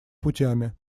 путями